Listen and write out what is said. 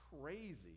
crazy